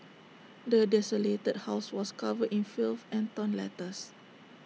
the desolated house was covered in filth and torn letters